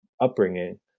upbringing